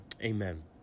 Amen